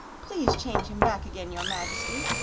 please change him back again, your majesty!